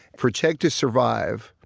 for chegg to survive,